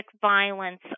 violence